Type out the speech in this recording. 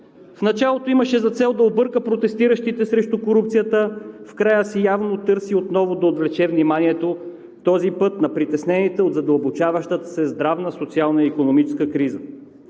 в началото имаше за цел да обърка протестиращите срещу корупцията, в края си явно търси отново да отвлече вниманието – този път на притеснените от задълбочаващата се здравна, социална и икономическа криза.